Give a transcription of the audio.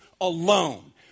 alone